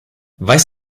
weiß